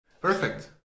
Perfect